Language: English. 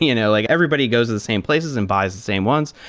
you know like everybody goes the same places and buys the same ones.